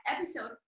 episode